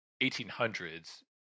1800s